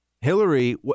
Hillary